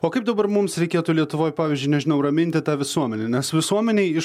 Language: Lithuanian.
o kaip dabar mums reikėtų lietuvoj pavyzdžiui nežinau raminti tą visuomenę nes visuomenėj iš